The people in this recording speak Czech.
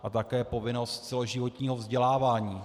A také povinnost celoživotního vzdělávání.